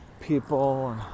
people